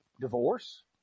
divorce